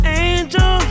angel